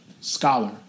scholar